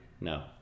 No